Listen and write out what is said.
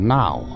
now